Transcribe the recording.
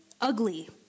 ugly